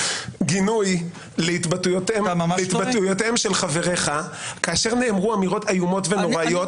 גינוי להתבטאויותיהם של חברייך כאשר נאמרו אמירות איומות ונוראיות.